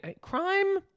crime